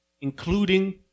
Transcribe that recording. including